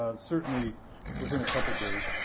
ah certainly within a couple of days.